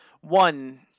one